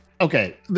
Okay